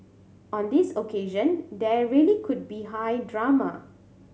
on this occasion there really could be high drama